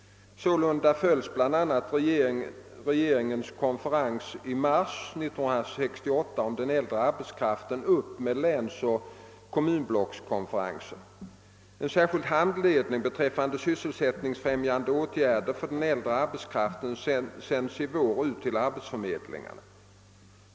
Sålunda följs bl a. regeringens konferens i mars 1968 om den äldre arbetskraften upp med länsoch kommunblockskonferenser. En särskild handledning beträffande sysselsättningsfrämjande åtgärder för den äldre arbetskraften sänds i vår ut till arbetsförmedlingarna.